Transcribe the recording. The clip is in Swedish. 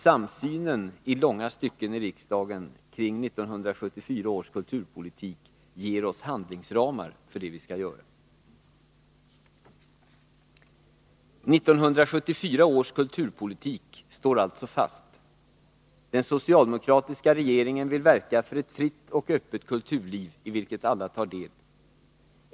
Samsynen i långa stycken i riksdagen när det gäller 1974 års kulturpolitik ger oss handlingsramar för det vi skall göra. 1974 års kulturpolitik står alltså fast. Den socialdemokratiska regeringen vill verka för ett fritt och öppet kulturliv i vilket alla tar del.